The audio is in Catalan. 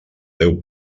deu